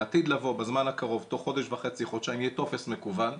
לעתיד לבוא בזמן הקרוב תוך חודש וחצי חודשים יהיה טופס מקוון.